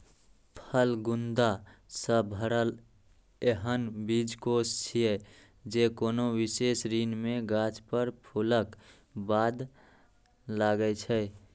फल गूदा सं भरल एहन बीजकोष छियै, जे कोनो विशेष ऋतु मे गाछ पर फूलक बाद लागै छै